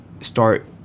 start